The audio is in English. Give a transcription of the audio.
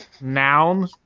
Noun